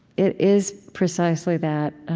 it is precisely that.